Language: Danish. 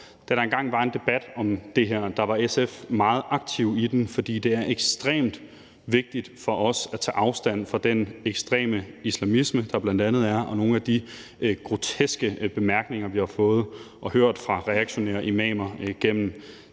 Da der engang var debat om det her, var SF meget aktive i den, for det er ekstremt vigtigt for os at tage afstand fra den ekstreme islamisme, der bl.a. er, og nogle af de groteske bemærkninger, vi har fået og hørt fra reaktionære imamer gennem